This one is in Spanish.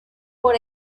por